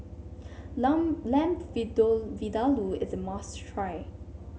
Lamb Vindaloo is a must try